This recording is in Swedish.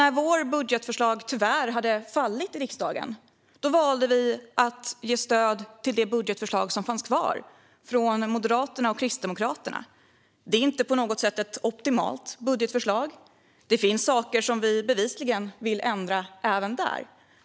När vårt budgetförslag tyvärr föll i riksdagen valde vi att stödja det budgetförslag som fanns kvar från Moderaterna och Kristdemokraterna. Det är inte på något sätt ett optimalt budgetförslag. Det finns saker som vi bevisligen vill ändra även där.